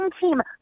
team